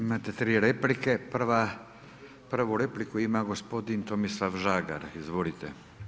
Imate tri replike, prvu repliku ima gospodin Tomislav Žagar, izvolite.